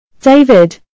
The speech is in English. David